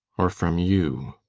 or from you?